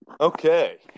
Okay